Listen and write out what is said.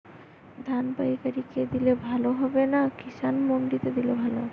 ধান পাইকার কে দিলে ভালো হবে না কিষান মন্ডিতে দিলে ভালো হবে?